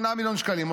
8 מיליון שקלים,